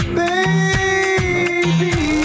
baby